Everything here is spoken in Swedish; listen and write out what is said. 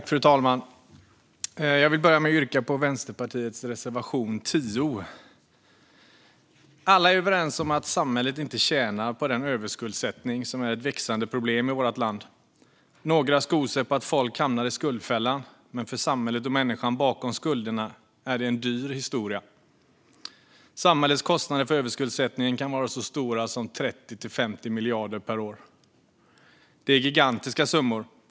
Fru talman! Jag yrkar bifall till Vänsterpartiets reservation 10. Alla är överens om att samhället inte tjänar på den överskuldsättning som är ett växande problem i vårt land. Några skor sig på att folk hamnar i skuldfällan, men för samhället och för människan bakom skulderna är det en dyr historia. Samhällets kostnader för överskuldsättningen kan vara så stora som 30 till 50 miljarder per år. Det är gigantiska summor.